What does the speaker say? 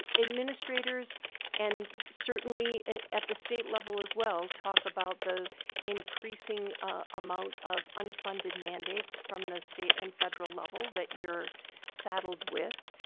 ah administrators and certainly at the state level as well talk about the increasing amount of unfunded mandates from the state and federal level that you're saddled with,